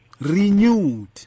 renewed